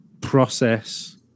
process